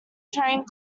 train